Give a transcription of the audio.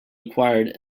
acquired